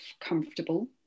comfortable